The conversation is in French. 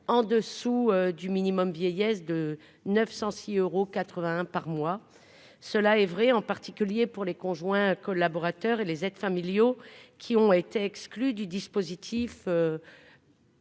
en dessous du minimum vieillesse de 906 euros 81 par mois, cela est vrai en particulier pour les conjoints collaborateurs et les aides familiaux qui ont été exclus du dispositif.